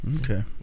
okay